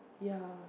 ya